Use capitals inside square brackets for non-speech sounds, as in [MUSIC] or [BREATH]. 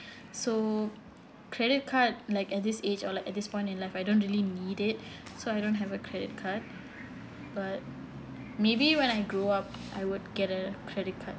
[BREATH] so credit card like at this age or like at this point in life I don't really need it so I don't have a credit card but maybe when I grew up I would get a credit card